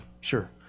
Sure